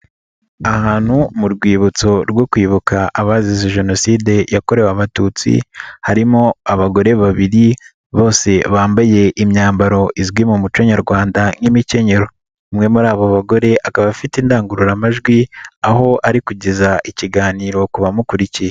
Ahantu mu Rwibutso rwo kwibuka abazize Jenoside yakorewe Abatutsi, harimo abagore babiri bose bambaye imyambaro izwi mu muco nyarwanda nk'imikenyero. Umwe muri abo bagore akaba afite indangururamajwi, aho ari kugeza ikiganiro ku bamukurikiye.